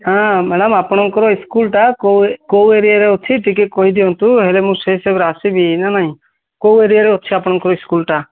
ହଁ ମ୍ୟାଡ଼ାମ୍ ଆପଣଙ୍କର ସ୍କୁଲଟା କେଉଁ କେଉଁ ଏରିଆରେ ଅଛି ଟିକେ କହି ଦିଅନ୍ତୁ ହେଲେ ମୁଁ ସେ ସମୟରେ ଆସିବି ନା ନାହିଁ କେଉଁ ଏରିଆରେ ଅଛି ଆପଣଙ୍କ ସ୍କୁଲଟା